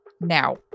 now